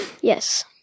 yes